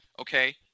Okay